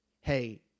hey